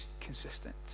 consistent